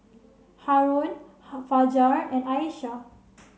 Haron Fajar and Aisyah